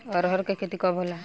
अरहर के खेती कब होला?